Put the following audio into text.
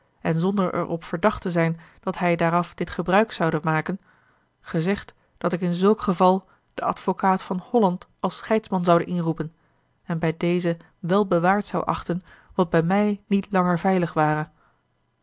en zonder er op verdacht te zijn dat hij daaraf dit gebruik zoude maken gezegd dat ik in zulk geval den advocaat van holland als scheidsman zoude inroepen en bij dezen wel bewaard zou achten wat bij mij niet langer veilig ware